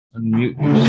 Unmute